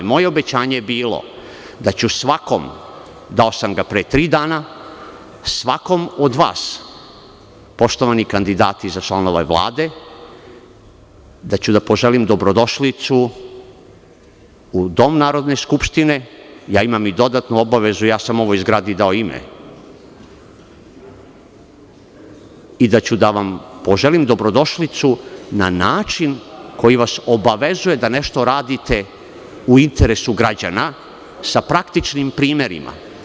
Moje obećanje je bilo da ću svakom, dao sam ga pre tri dana, svakom od vas, poštovani kandidati za članove Vlade, da ću da poželim dobrodošlicu u Dom Narodne skupštine, ja imam i dodatnu obavezu, ja sam ovoj zgradi dao ime, i da ću da vam poželim dobrodošlicu na način koji vas obavezuje da nešto radite u interesu građana sa praktičnim primerima.